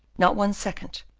not one second,